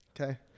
Okay